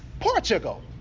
Portugal